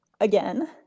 Again